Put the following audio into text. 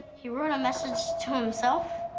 he wrote a message to himself?